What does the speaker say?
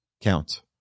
count